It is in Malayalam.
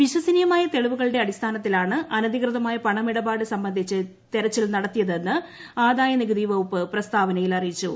വിശ്വസനീയമായ തെളിവുകളുടെ അടിസ്ഥാനത്തിലാണ് അനധികൃതമായ പണമിടപാട് സംബന്ധിച്ച് തെരച്ചിൽ നടത്തിയതെന്ന് ആദായ നികുതി വകുപ്പ് പ്രസ്താവനയിൽ അറിയിച്ചു